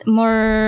more